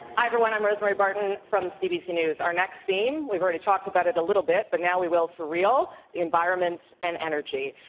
everyone. i'm rosemary barton from cbc news. our next theme, we've already talked about it a little bit, but now we will for real. the environment and energy.